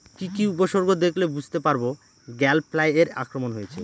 কি কি উপসর্গ দেখলে বুঝতে পারব গ্যাল ফ্লাইয়ের আক্রমণ হয়েছে?